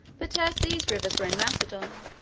but as these rivers were in macedon,